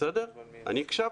אני הקשבתי.